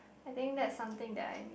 I think that's something that I mean